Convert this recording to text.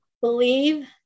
Believe